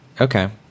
Okay